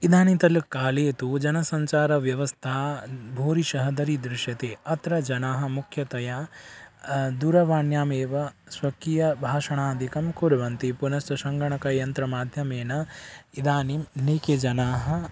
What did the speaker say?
इदानीन्तलकाले तु जनसञ्चारव्यवस्था भूरिशः दरीदृश्यते अत्र जनाः मुख्यतया दूरवाण्यामेव स्वकीयभाषणादिकं कुर्वन्ति पुनश्च सङ्गणकयन्त्रमाध्यमेन इदानीं अनेके जनाः